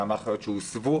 כמה אחיות שהוסבו,